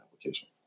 application